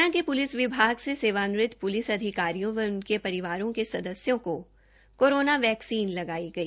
हरियाणा के पुलिस विभाग से सेवानिवृत्त पुलिस अधिकारियों व उनको परिवार के सदस्यो को कोरोना वैक्सीन लगाई गई